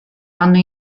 anno